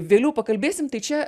vėliau pakalbėsim tai čia